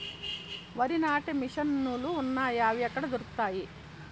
వరి నాటే మిషన్ ను లు వున్నాయా? అవి ఎక్కడ దొరుకుతాయి?